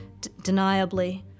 deniably